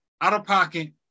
out-of-pocket